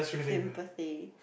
simplest